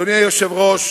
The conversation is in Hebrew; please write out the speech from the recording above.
אדוני היושב-ראש,